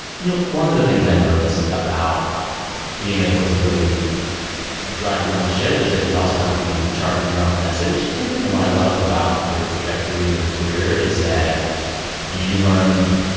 you know one of the things i notice about being able to really drive your own ship is that you also have to be in charge of your own message. and what i love about your trajectory in your career is that you learned,